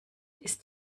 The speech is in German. ist